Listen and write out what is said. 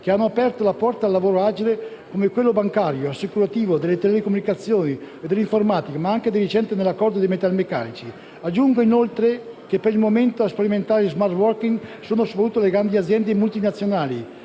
che hanno aperto la porta al lavoro agile, come quello bancario, assicurativo, delle telecomunicazioni e dell'informatica, ma anche i recenti accordi con i metalmeccanici. Aggiungo inoltre che, per il momento, a sperimentare lo *smart working* sono soprattutto le grandi aziende multinazionali,